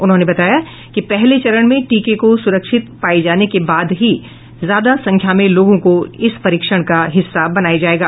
उन्होंने बताया है कि पहले चरण में टीके को सुरक्षित पाये जाने के बाद ही ज्यादा संख्या में लोगों को इस परीक्षण का हिस्सा बनाया जायेगा